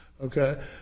okay